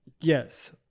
Yes